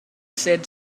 said